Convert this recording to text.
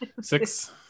Six